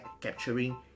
capturing